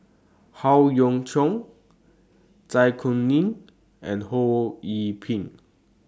Howe Yoon Chong Zai Kuning and Ho Yee Ping